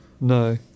no